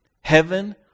heaven